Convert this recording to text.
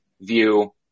view